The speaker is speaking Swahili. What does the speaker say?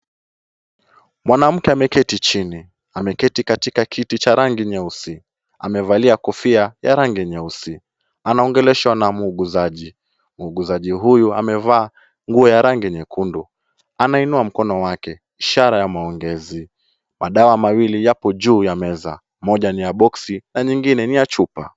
Mwanamke ameketi chini. Ameketi katika kiti cha rangi nyeusi. Amevalia kofia ya rangi nyeusi. Anaongeleshwa na muuguzaji. Muuguzaji huyu amevaa nguo ya rangi nyekundu anainua mkono wake ishara ya maongezi. Madawa mawili yapo juu ya meza. Moja ni ya boksi na nyingine ni ya chupa.